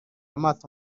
amato